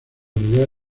unidad